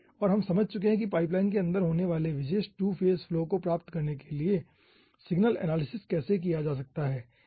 और हम समझ चुके हैं कि पाइपलाइन के अंदर होने वाले विशेष टू फेज फ्लो को प्राप्त करने के लिए सिग्नल एनालिसिस कैसे किया जा सकता है